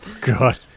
God